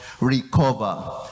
recover